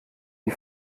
die